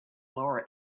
lower